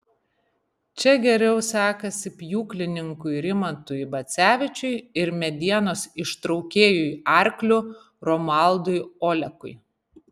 čia geriau sekasi pjūklininkui rimantui bacevičiui ir medienos ištraukėjui arkliu romualdui olekui